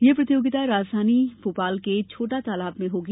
यह प्रतियोगिता राजधानी के छोटा तालाब में होगी